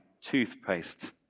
toothpaste